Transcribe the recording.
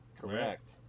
Correct